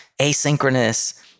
asynchronous